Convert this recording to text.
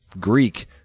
Greek